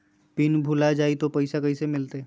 Pin भूला जाई तो पैसा कैसे मिलते?